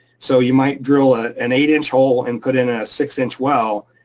so you might drill ah an eight inch hole and put in a six inch well.